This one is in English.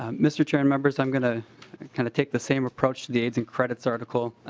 um mr. chair numbers i am going to kind of take the same approach to the aids and credits article.